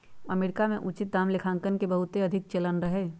America में उचित दाम लेखांकन के बहुते अधिक चलन रहै